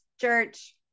church